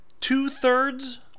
two-thirds